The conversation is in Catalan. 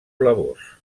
blavós